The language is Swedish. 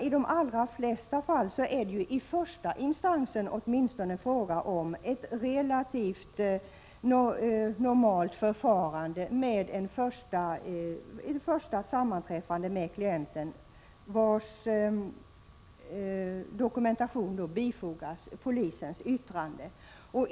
I de allra flesta fall är det åtminstone i första instansen fråga om ett relativt normalt förfarande med ett första sammanträffande med klienten, vars dokumentation bifogas polisens yttrande.